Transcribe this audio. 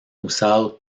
usado